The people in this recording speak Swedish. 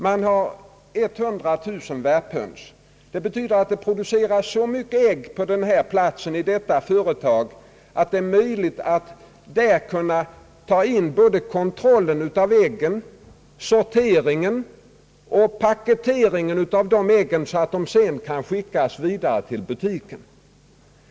Man har 100 000 värphöns. Det betyder att det produceras så mycket ägg i företaget, att det är möjligt att där göra både kontrollen av äggen, sorteringen och paketeringen av äggen så att de sedan kan skickas vidare direkt till butiken.